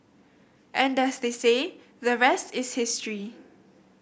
and as they say the rest is history